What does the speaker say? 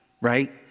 right